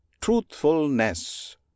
Truthfulness